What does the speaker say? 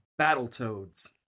Battletoads